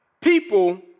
people